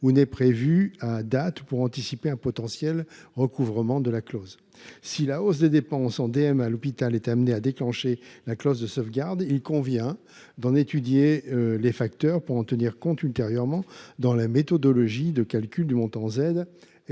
ou n’est prévu à cette date pour anticiper un potentiel recouvrement de la clause. Si la hausse des dépenses en dispositifs médicaux à l’hôpital doit conduire à déclencher la clause de sauvegarde, il convient d’en étudier les facteurs, afin d’en tenir compte ultérieurement dans la méthodologie de calcul du montant Z